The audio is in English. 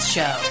Show